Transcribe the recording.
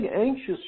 anxious